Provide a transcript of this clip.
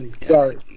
sorry